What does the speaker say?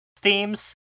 themes